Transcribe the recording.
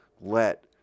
let